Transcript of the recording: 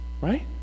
Right